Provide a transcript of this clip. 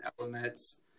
elements